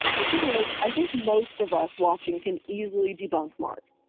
the thing is, i think most of us watching can easily debunk mark.